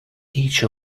each